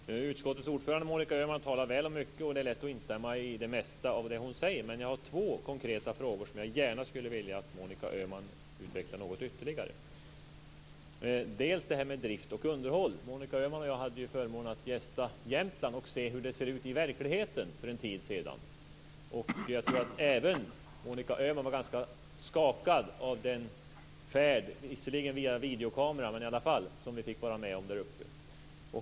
Herr talman! Utskottets ordförande Monica Öhman talar väl och mycket. Det är lätt att instämma i det mesta av det som hon säger. Men jag har två konkreta frågor som jag gärna skulle vilja att Monica Öhman utvecklade något ytterligare. Först gäller det detta med drift och underhåll. Monica Öhman och jag hade för en tid sedan förmånen att besöka Jämtland och se hur det ser ut i verkligheten. Jag tror att Monica Öhman var ganska skakad av den färd via videofilm som vi fick vara med om där uppe.